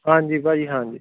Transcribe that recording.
ਹਾਂਜੀ ਭਾਅ ਜੀ ਹਾਂਜੀ